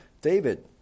David